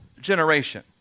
generation